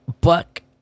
buck